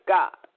God